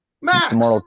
Max